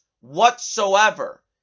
whatsoever